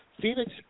Phoenix